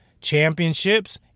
championships